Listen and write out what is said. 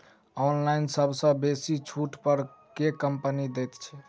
Online सबसँ बेसी छुट पर केँ कंपनी दइ छै?